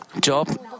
Job